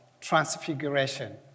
transfiguration